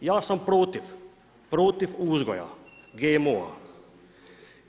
Ja sam protiv, protiv uzgoja GMO-a.